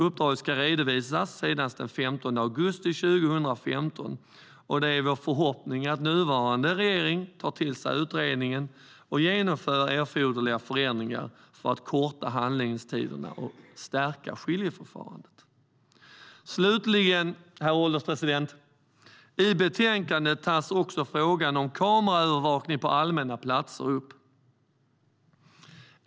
Uppdraget ska redovisas senast den 15 augusti 2015, och det är vår förhoppning att nuvarande regering tar till sig utredningen och genomför erforderliga förändringar för att korta handläggningstiderna och stärka skiljeförfarandet. Herr ålderspresident! I betänkandet tas också frågan om kameraövervakning på allmänna platser upp.